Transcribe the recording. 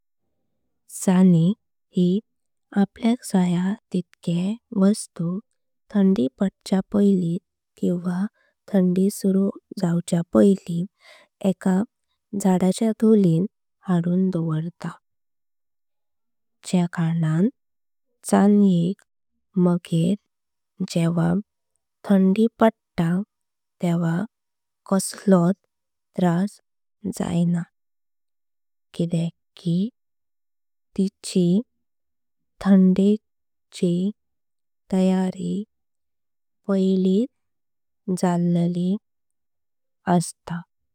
चणी हि आपल्याक जया तित्कें वस्तु थाडी पाडच्य पायलित। किव्हा थांदी सुरु जावच्या पायली एका जाडाचें धोलिन। हाडुंक दोवारता ज्या कारणाण चणी एक मगेर जेव्हा। थांदी पाडता तेव्हा कसलों त्रास जायना किदेक कि। तिची थांदेची तयारी पायलित जल्ली असता।